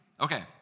Okay